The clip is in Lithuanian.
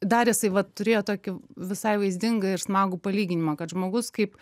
dar jisai vat turėjo tokį visai vaizdingą ir smagų palyginimą kad žmogus kaip